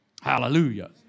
Hallelujah